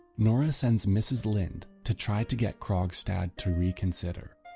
nora sends mrs linde to try to get krogstad to reconsider.